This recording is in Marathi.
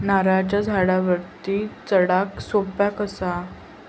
नारळाच्या झाडावरती चडाक सोप्या कसा?